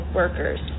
workers